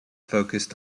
focused